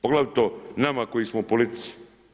Poglavito nama koji smo u politici.